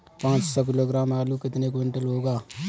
पाँच सौ किलोग्राम आलू कितने क्विंटल होगा?